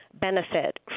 benefit